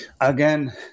Again